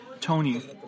Tony